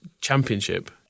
championship